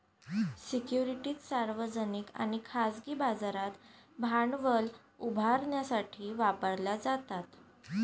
securities सार्वजनिक आणि खाजगी बाजारात भांडवल उभारण्यासाठी वापरल्या जातात